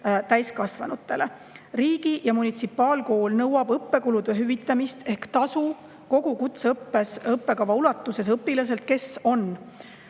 täiskasvanutele. Riigi- ja munitsipaalkool nõuab õppekulude hüvitamist ehk tasu kogu kutseõppe õppekava ulatuses õpilaselt, kes on